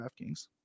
DraftKings